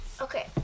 Okay